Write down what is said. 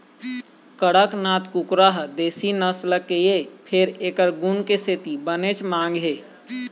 कड़कनाथ कुकरा ह देशी नसल के हे फेर एखर गुन के सेती बनेच मांग हे